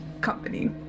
company